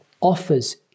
offers